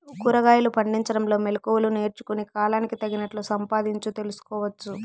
కూరగాయలు పండించడంలో మెళకువలు నేర్చుకుని, కాలానికి తగినట్లు సంపాదించు తెలుసుకోవచ్చు